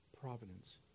providence